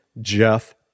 Jeff